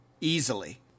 easily